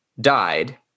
died